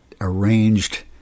arranged